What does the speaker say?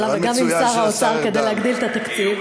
וגם עם שר האוצר כדי להגדיל את התקציב,